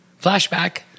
Flashback